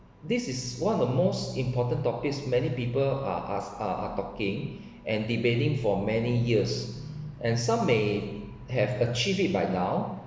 this is one of the most important topics many people are asked are talking and debating for many years and some may have achieve it by now